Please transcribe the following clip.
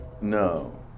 No